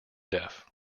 deaf